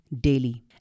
daily